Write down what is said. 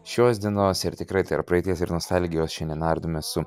šios dienos ir tikrai tarp praeities ir nostalgijos šiandien nardėme su